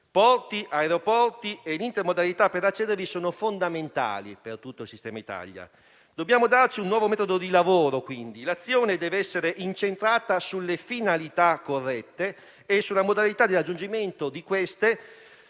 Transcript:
porti, aeroporti e l'intermodalità per accedervi sono fondamentali per tutto il sistema Italia. Dobbiamo quindi darci un nuovo metodo di lavoro: l'azione deve essere incentrata sulle finalità corrette e sulla modalità di raggiungimento di queste